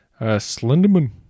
Slenderman